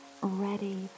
ready